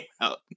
out